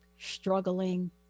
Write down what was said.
struggling